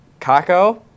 Kako